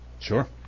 Sure